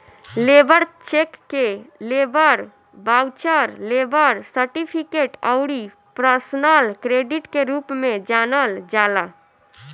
labour cheque के labour voucher, labour certificate अउरी personal credit के रूप में जानल जाला